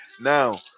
Now